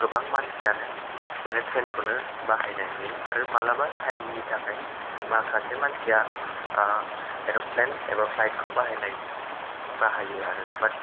गोबां मानसियानो माने ट्रैन खौनो बाहायनाय नुयो आरो मालाबा टाइम नि थाखाय माखासे मानसिया एर'प्लेन एबा फ्लाइट खौ बाहायनाय बाहायो आरो बात